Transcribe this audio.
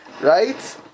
right